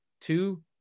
Two